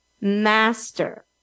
master